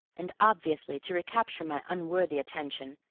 and, obviously to recapture my unworthy attention,